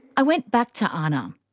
i went back to ana,